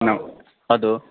hello